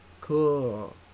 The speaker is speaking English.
Cool